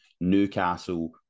Newcastle